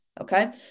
okay